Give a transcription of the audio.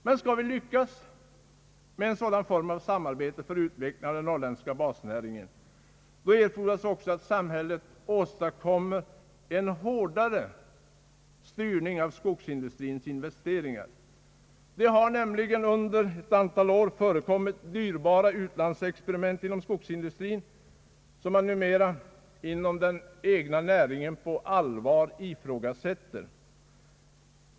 Men skall vi lyckas med en sådan form av samarbete för utveckling av den norrländska basnäringen, erfordras också att samhället åstadkommer en hårdare styrning av skogsindustrins investeringar. Det har nämligen under ett antal år förekommit dyrbara utlandsexperiment inom skogsindustrin, som man numera inom den egna näringen på allvar ifrågasätter.